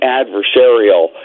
adversarial